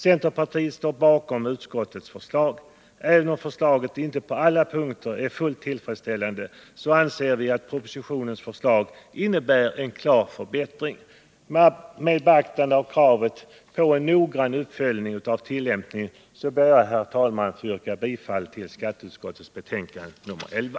Centerpartiet står bakom utskottets förslag. Även om förslaget inte på alla punkter är fullt tillfredsställande, anser vi att propositionens förslag innebär en klar förbättring. Med beaktande av kravet på en noggrann uppföljning av tillämpningen yrkar jag bifall till skatteutskottets hemställan i betänkandet nr 11: